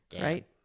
Right